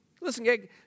Listen